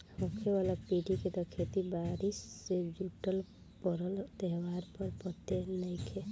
होखे वाला पीढ़ी के त खेती बारी से जुटल परब त्योहार त पते नएखे